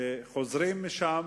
כשחוזרים משם